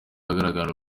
ahagaragara